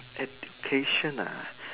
education ah